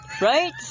right